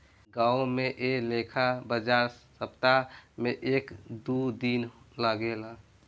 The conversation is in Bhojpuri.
गांवो में ऐ लेखा बाजार सप्ताह में एक दू दिन लागेला